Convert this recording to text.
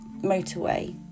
motorway